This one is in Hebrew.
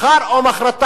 מחר או מחרתיים,